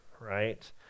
right